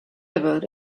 about